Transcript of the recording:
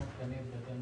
תשלום